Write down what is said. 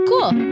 Cool